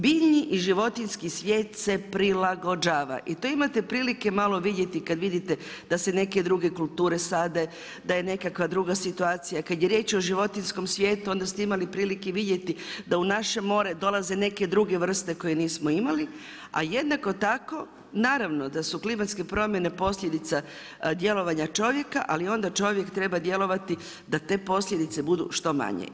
Biljni i životinjski svijet se prilagođava i to imate prilike malo vidjeti kad vidite da se neke druge kulture sade, da je nekakva druga situacija, kad je riječ o životinjskom svijetu, onda ste imali prilike vidjeti da u naše more dolaze neke druge vrste koje nismo imali a jednako tako naravno da su klimatske promjene posljedica djelovanja čovjeka, ali onda čovjek treba djelovati da te posljedice budu što manje.